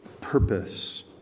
purpose